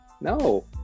No